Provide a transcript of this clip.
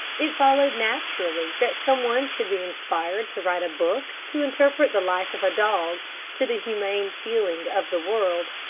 it followed naturally that some one should be inspired to write a book to interpret the life of a dog to the humane feeling of the world.